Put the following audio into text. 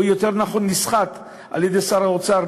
או יותר נכון נסחט על-ידי שר האוצר,